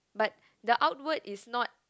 but the outward is not